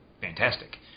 fantastic